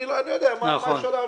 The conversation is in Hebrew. אני לא יודע מה אפשר להעביר.